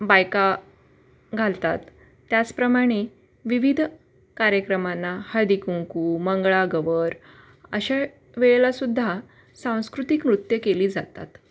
बायका घालतात त्याचप्रमाणे विविध कार्यक्रमांना हळदीकुंकू मंगळागौर अशा वेळेला सुद्धा सांस्कृतिक नृत्यं केली जातात